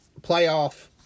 playoff